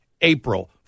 April